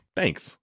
thanks